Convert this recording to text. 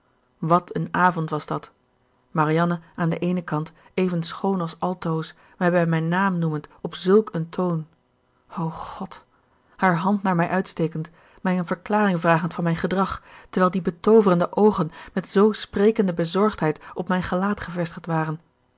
wàt een avond was dat marianne aan den eenen kant even schoon als altoos mij bij mijn naam noemend op zùlk een toon o god haar hand naar mij uitstekend mij een verklaring vragend van mijn gedrag terwijl die betooverende oogen met zoo sprekende bezorgheid op mijn gelaat gevestigd waren